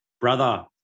Brother